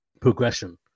progression